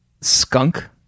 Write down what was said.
skunk